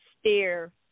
steer